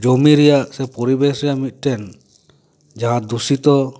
ᱡᱚᱢᱤ ᱨᱮᱭᱟ ᱥᱮ ᱯᱚᱨᱤᱵᱮᱥ ᱨᱮᱭᱟᱜ ᱢᱤᱫᱴᱮᱱ ᱡᱟᱦᱟᱸ ᱫᱩᱥᱤᱛᱳ